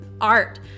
Art